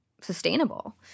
sustainable